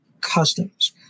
customs